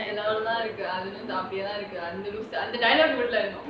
அது:athu copy யாதான் இருக்கு அந்த லூசு:yaathaan iruku antha loosu